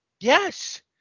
Yes